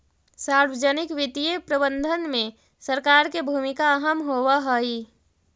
सार्वजनिक वित्तीय प्रबंधन में सरकार के भूमिका अहम होवऽ हइ